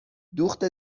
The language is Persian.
دوخت